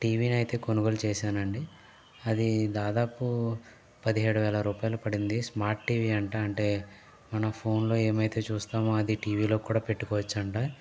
టీవీని అయితే కొనుగోలు చేశానండి అది దాదాపు పదిహేడువేల రూపాయిలు పడింది స్మార్ట్ టీవీ అంట అంటే మన ఫోన్ లో ఏమైతే చూస్తామో అది టీవీలో కూడా పెట్టుకోవచ్చు అంట